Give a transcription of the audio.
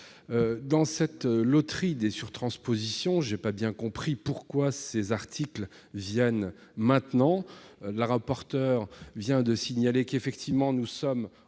Dans cette loterie des surtranspositions, je n'ai pas bien compris pourquoi ces articles nous sont soumis maintenant. Mme la rapporteur vient de rappeler qu'effectivement nous sommes